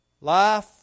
Life